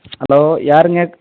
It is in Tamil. ஹலோ யாருங்க